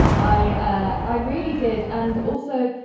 i ah i really did. and, also,